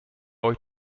euch